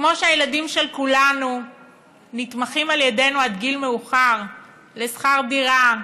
כמו שהילדים של כולנו נתמכים על ידינו עד גיל מאוחר בשכר דירה,